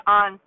on